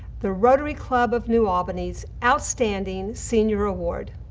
the rotary club of new albany's outstanding senior award.